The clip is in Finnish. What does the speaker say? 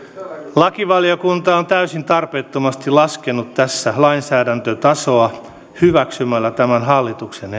lakivaliokunta on täysin tarpeettomasti laskenut tässä lainsäädäntötasoa hyväksymällä tämän hallituksen